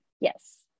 Yes